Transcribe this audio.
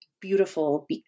beautiful